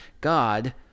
God